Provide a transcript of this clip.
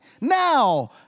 Now